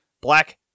Black